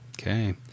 Okay